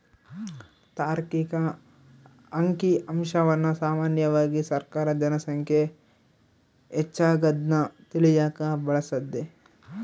ತಾರ್ಕಿಕ ಅಂಕಿಅಂಶವನ್ನ ಸಾಮಾನ್ಯವಾಗಿ ಸರ್ಕಾರ ಜನ ಸಂಖ್ಯೆ ಹೆಚ್ಚಾಗದ್ನ ತಿಳಿಯಕ ಬಳಸ್ತದೆ